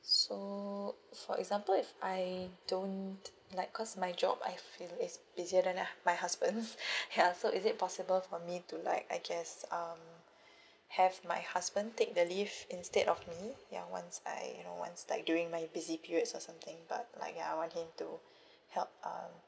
so for example if I don't like cause my job I feel it's busier than I my husband ya so is it possible for me to like I guess um have my husband take the leave instead of me ya once I you know once like during like my busy periods or something but like I want him to help um